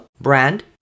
brand